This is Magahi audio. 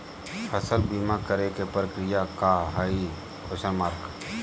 फसल बीमा करे के प्रक्रिया का हई?